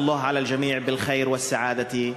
מי ייתן ובעזרת האל נדע כולנו בחג הבא ברכה,